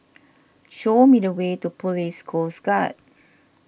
show me the way to Police Coast Guard